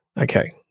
Okay